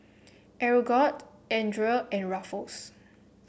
Aeroguard Andre and Ruffles